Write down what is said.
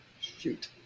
Shoot